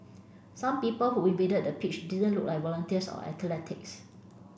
some people who invaded the pitch didn't look like volunteers or athletics